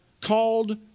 called